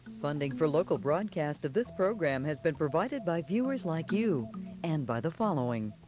funding for local broadcast of this program has been provided by viewers like you and by the following.